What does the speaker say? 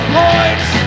points